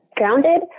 grounded